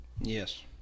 Yes